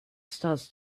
starts